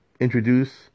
introduce